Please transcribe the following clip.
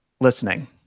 Listening